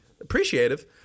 Appreciative